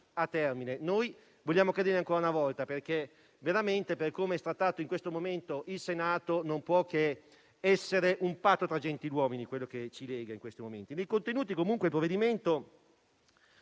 Noi vogliamo chiederlo ancora una volta, perché veramente, per com'è trattato in questo momento il Senato, non può che essere un patto tra gentiluomini quello che ci lega in questi momenti. Nei contenuti il provvedimento